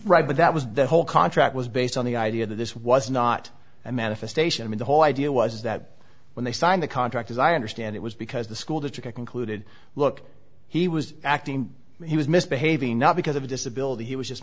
right but that was the whole contract was based on the idea that this was not a manifestation i mean the whole idea was that when they signed the contract as i understand it was because the school district concluded look he was acting he was misbehaving not because of a disability he was just